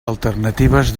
alternatives